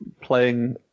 playing